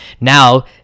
Now